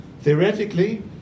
Theoretically